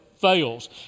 fails